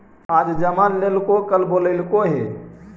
आज जमा लेलको कल बोलैलको हे?